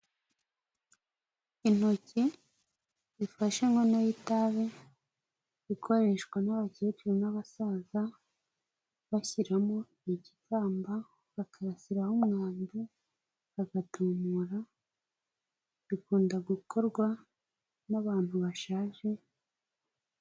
Intoki zifashe inkono y'itabi ikoreshwa n'abakecuru n'abasaza bashyiramo igikamba bakarasiraraho umwambi bagatumura bikunda gukorwa n'abantu bashaje.